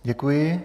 Děkuji.